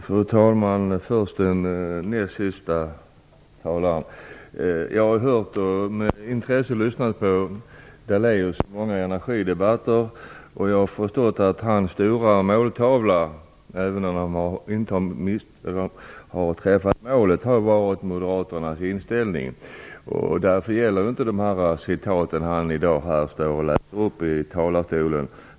Fru talman! Först några ord till den näst siste talaren. Jag har med intresse lyssnat på Daléus i många energidebatter, och jag har förstått att hans stora måltavla har varit moderaternas inställning. Han har dock inte träffat målet, och därför gäller inte heller de citat som han i dag har anfört.